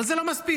אבל זה לא מספיק.